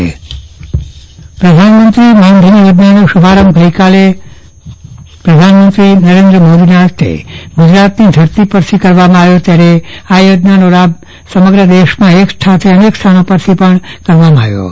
ચંદ્રવદન પદ્ટણી માનધન યોજના પ્રધાનમંત્રી માનધન યોજનાનો શુભારંભ ગઈકાલે પ્રધાનમંત્રી નરેન્દ્ર મોદીના હસ્તે ગુજરાતની ધરતી પરથી કરવામાં આવ્યો ત્યારે આ યોજનાનો સમગ્ર દેશમાં એક સાથે અનેક સ્થાનો પરથી પણ પ્રારંભ કરવામાં આવ્યો હતો